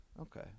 Okay